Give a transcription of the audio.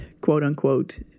quote-unquote